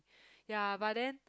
ya but then